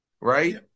Right